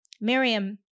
Miriam